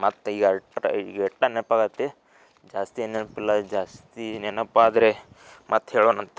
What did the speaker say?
ಮತ್ತು ಈ ಎಷ್ಟ್ ಎಷ್ಟ ನೆನಪಾಗತ್ತೆ ಜಾಸ್ತಿ ಏನೂ ನೆನಪಿಲ್ಲ ಜಾಸ್ತಿ ನೆನಪು ಆದರೆ ಮತ್ತೆ ಹೇಳೋಣಂತೆ